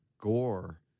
gore